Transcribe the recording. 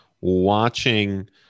watching